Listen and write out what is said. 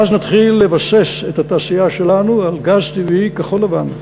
ואז נתחיל לבסס את התעשייה שלנו על גז טבעי כחול-לבן.